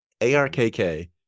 ARKK